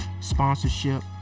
sponsorship